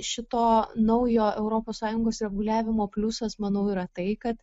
šito naujo europos sąjungos reguliavimo pliusas manau yra tai kad